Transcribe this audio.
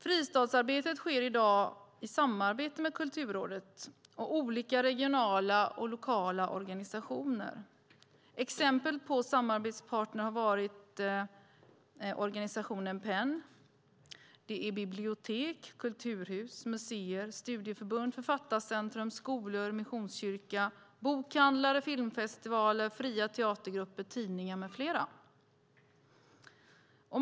Fristadsarbetet sker i dag i samarbete med Kulturrådet och olika regionala och lokala organisationer. Exempel på samarbetsparter har varit organisationen PEN, bibliotek, kulturhus, museer, studieförbund, Författarcentrum, skolor, Missionskyrkan, bokhandlare, filmfestivaler, fria teatergrupper, tidningar, med flera.